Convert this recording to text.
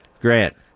Grant